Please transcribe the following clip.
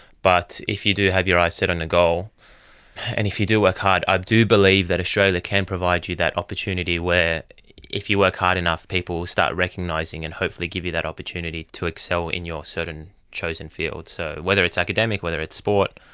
but if you do have your eyes set on a goal and if you do work hard, i do believe that australia can provide you that opportunity where if you work hard enough people will start recognising and hopefully give you that opportunity to excel in your chosen field. so whether it's academic, whether it's sport,